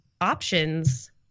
options